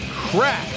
crap